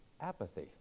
apathy